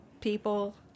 people